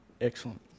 Excellent